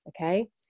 Okay